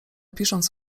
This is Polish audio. pisząc